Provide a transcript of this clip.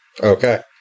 Okay